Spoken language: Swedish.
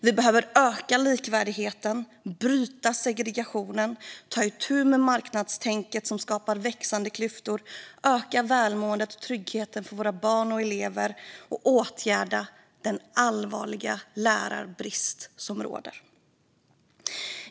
Vi behöver öka likvärdigheten, bryta segregationen, ta itu med marknadstänket som skapar växande klyftor, öka välmåendet och tryggheten för våra barn och elever och åtgärda den allvarliga lärarbrist som råder.